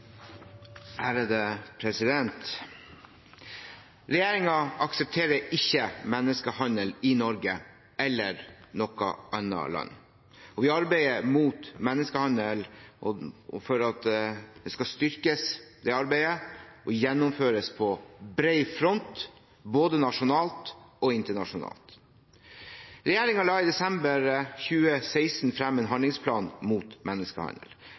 aksepterer ikke menneskehandel i Norge eller i noe annet land. Vi arbeider for at arbeidet mot menneskehandel skal styrkes og gjennomføres på bred front, både nasjonalt og internasjonalt. Regjeringen la i desember 2016 frem en handlingsplan mot menneskehandel.